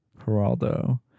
Geraldo